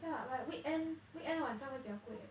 but weekend weekend 晚上会比较贵 eh